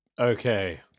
Okay